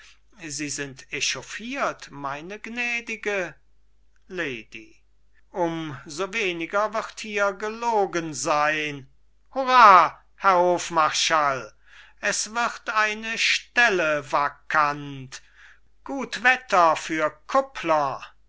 sie sind echauffiert meine gnädige lady um so weniger wird hier gelogen sein hurrah herr hofmarschall es wird eine stelle vacant gut wetter für kuppler